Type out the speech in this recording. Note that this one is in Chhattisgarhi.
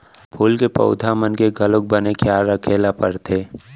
फूल के पउधा मन के घलौक बने खयाल राखे ल परथे